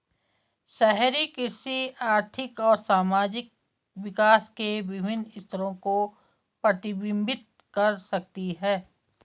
शहरी कृषि आर्थिक और सामाजिक विकास के विभिन्न स्तरों को प्रतिबिंबित कर सकती है